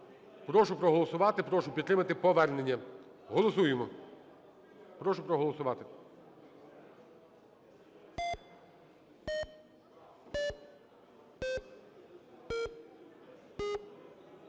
Прошу проголосувати, прошу підтримати повернення. Голосуємо. Прошу проголосувати.